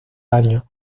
años